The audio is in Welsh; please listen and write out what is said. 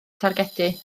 targedu